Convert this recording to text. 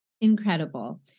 Incredible